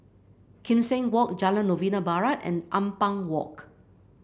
Kim Seng Walk Jalan Novena Barat and Ampang Walk